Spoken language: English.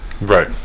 Right